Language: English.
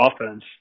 offense